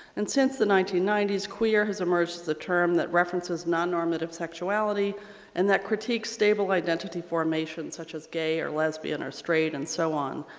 and since the nineteen ninety s queer has emerged the term that references non-normative sexuality and that critiques stable identity formation such as gay or lesbian or straight and so on.